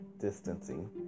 distancing